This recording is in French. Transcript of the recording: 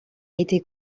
été